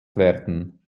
werden